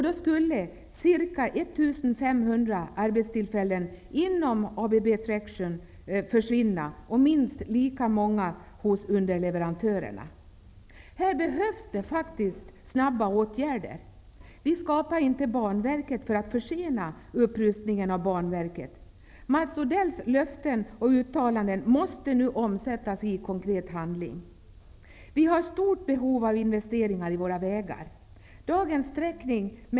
Då skulle ca 1 500 arbetstillfällen inom ABB Traction försvinna och minst lika många hos underleverantörerna. Här behövs snara åtgärder. Vi skapade inte Banverket för att försena upprustningen av bannätet. Mats Odells löften och uttalanden måste nu omsättas i konkret handling. Vi har stort behov av investeringar i våra vägar.